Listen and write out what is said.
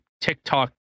tiktok